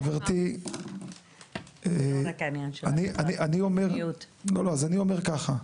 חברתי --- זה לא רק העניין ש --- מיעוט --- אני אומר ככה,